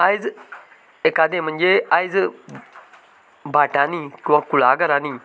आयज एकादें म्हणजे आयज भाटांनीं किंवां कुळागरांनीं